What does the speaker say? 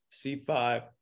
C5